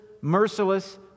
merciless